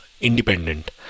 independent